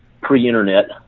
pre-internet